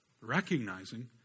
recognizing